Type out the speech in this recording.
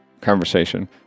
conversation